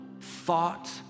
thought